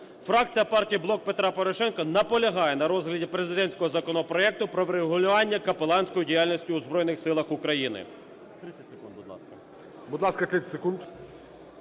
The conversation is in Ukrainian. фракція партії "Блок Петра Порошенка" наполягає на розгляді президентського законопроекту про врегулювання капеланської діяльності у Збройних Силах України.